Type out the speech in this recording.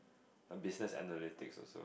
a business analytics also